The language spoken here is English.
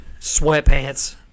sweatpants